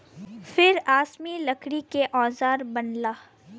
फिर आसमी लकड़ी के औजार बनला